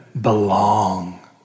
belong